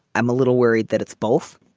i'm a little worried that it's both.